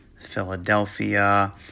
Philadelphia